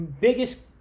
biggest